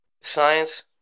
science